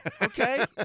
Okay